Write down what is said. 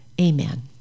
Amen